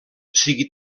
sigui